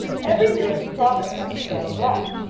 every milky province has its own blanc.